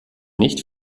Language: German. nicht